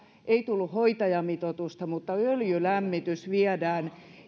ei tullut hoitajamitoitusta mutta öljylämmitys viedään